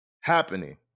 happening